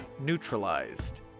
Neutralized